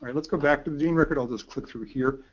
and let's go back to the gene record. i'll just click through here.